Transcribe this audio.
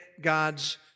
God's